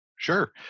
Sure